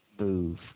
move